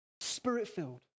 Spirit-filled